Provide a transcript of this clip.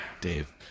Dave